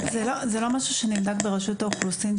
זהו לא משהו שנבדק ברשות האוכלוסין,